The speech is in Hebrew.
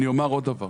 אני אומר עוד דבר.